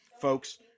folks